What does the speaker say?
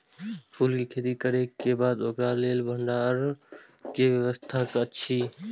फूल के खेती करे के बाद ओकरा लेल भण्डार क कि व्यवस्था अछि?